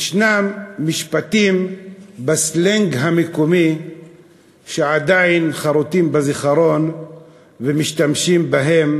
יש משפטים בסלנג המקומי שעדיין חרותים בזיכרון ומשתמשים בהם